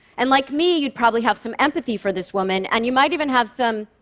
and like me, you'd probably have some empathy for this woman, and you might even have some,